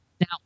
Now